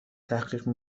تحقیق